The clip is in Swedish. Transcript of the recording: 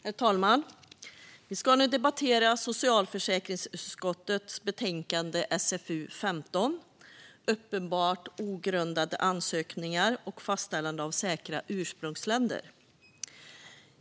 Herr talman! Vi ska nu debattera socialförsäkringsutskottets betänkande SfU15 Uppenbart ogrundade ansökningar och fastställande av säkra ursprungsländer .